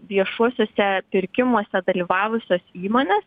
viešuosiuose pirkimuose dalyvavusios įmonės